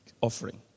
offering